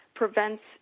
Prevents